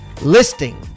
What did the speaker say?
listing